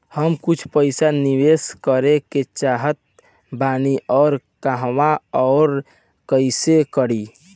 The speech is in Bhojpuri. हम कुछ पइसा निवेश करे के चाहत बानी और कहाँअउर कइसे करी?